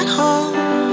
home